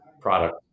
product